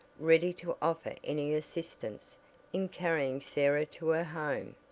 ready to offer any assistance in carrying sarah to her home.